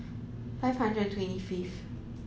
five hundred and twenty fifth